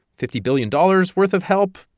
fifty billion dollars' worth of help?